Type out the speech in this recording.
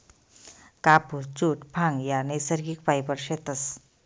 कापुस, जुट, भांग ह्या नैसर्गिक फायबर शेतस